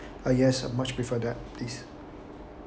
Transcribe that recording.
uh yes I much prefer that please